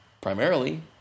primarily